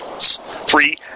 Three